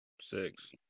six